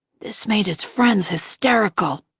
this made his friends hysterical.